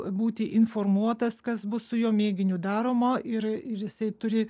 būti informuotas kas bus su jo mėginiu daroma ir ir jisai turi